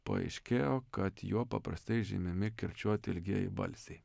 paaiškėjo kad juo paprastai žymimi kirčiuoti ilgieji balsiai